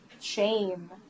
shame